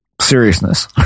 seriousness